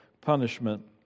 punishment